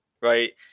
right